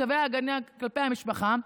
צווי ההגנה כלפי המשפחה,